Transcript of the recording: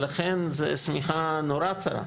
ולכן זו שמיכה נורא צרה.